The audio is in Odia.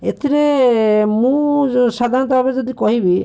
ଏଥିରେ ମୁଁ ସାଧାରଣତଃ ଭାବେ ଯଦି କହିବି